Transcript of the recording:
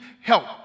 help